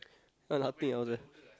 uh nothing else ah